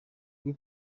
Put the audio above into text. rwo